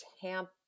Tampa